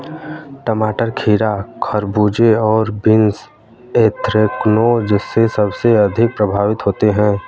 टमाटर, खीरा, खरबूजे और बीन्स एंथ्रेक्नोज से सबसे अधिक प्रभावित होते है